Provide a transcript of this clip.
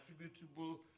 attributable